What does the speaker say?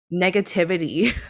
negativity